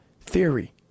theory